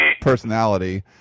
personality